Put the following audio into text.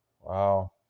Wow